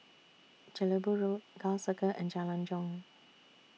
Jelebu Road Gul Circle and Jalan Jong